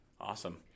Awesome